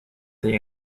the